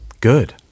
good